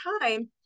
time